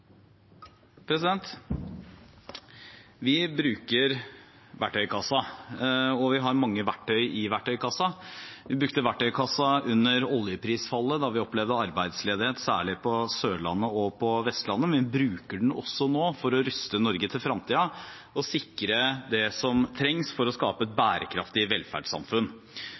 flott. Vi bruker verktøykassa, og vi har mange verktøy i verktøykassa. Vi brukte verktøykassa under oljeprisfallet, da vi opplevde arbeidsledighet, særlig på Sørlandet og Vestlandet, men vi bruker den også nå for å ruste Norge for fremtiden og sikre det som trengs for å skape et bærekraftig velferdssamfunn.